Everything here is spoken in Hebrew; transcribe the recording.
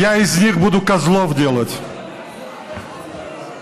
(אומר דברים ברוסית.)